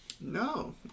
No